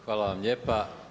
Hvala vam lijepa.